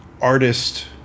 artist